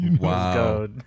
Wow